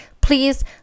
Please